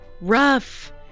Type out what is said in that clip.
rough